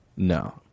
No